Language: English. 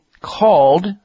called